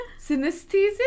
Synesthesia